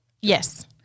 Yes